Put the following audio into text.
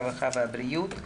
הרווחה והבריאות.